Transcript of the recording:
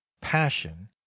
passion